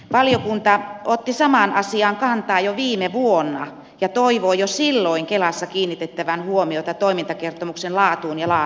valiokunta otti samaan asiaan kantaa jo viime vuonna ja toivoi jo silloin kelassa kiinnitettävän huomiota toimintakertomuksen laatuun ja laajuuteen